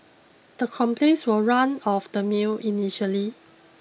the complaints were run of the mill initially